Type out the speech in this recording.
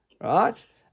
right